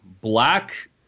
black